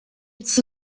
its